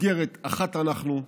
מסגרת אחת אנחנו,